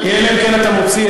אלא אם כן אתה מוציא,